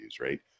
right